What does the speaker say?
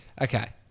Okay